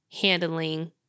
handling